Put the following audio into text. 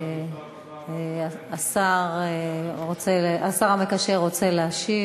השר המקשר רוצה להשיב.